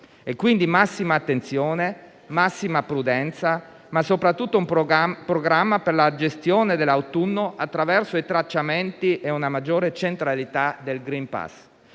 Quindi massima attenzione, massima prudenza, ma soprattutto programmare la gestione dell'autunno attraverso i tracciamenti e una maggiore centralità del *green pass,*